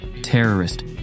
Terrorist